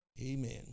Amen